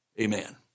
amen